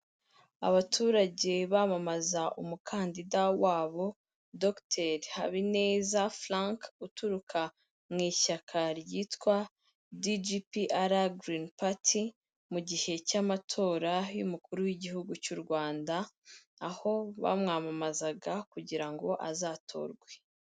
Abaturage bamamaza umukandida wabo dogiteri Habineza Frank, uturuka mu ishyaka ryitwa DGPR Green party, mu gihe cy'amatora y'umukuru w'igihugu cy'u Rwanda, aho bamwamamazaga kugira ngo azatorwe.